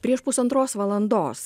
prieš pusantros valandos